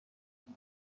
عقب